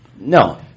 No